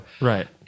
Right